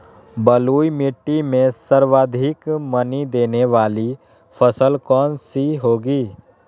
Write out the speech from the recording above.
बलुई मिट्टी में सर्वाधिक मनी देने वाली फसल कौन सी होंगी?